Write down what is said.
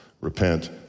Repent